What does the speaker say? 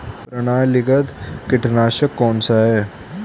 प्रणालीगत कीटनाशक कौन सा है?